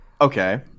Okay